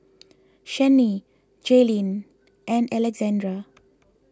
Channie Jaelynn and Alexandr